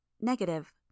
Negative